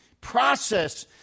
process